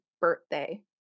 birthday